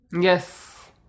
Yes